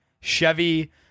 Chevy